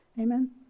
Amen